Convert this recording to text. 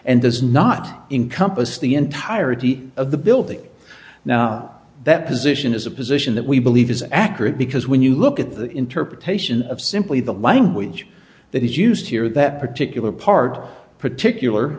and does not in compass the entirety of the building now that position is a position that we believe is accurate because when you look at the interpretation of simply the language that is used here that particular part particular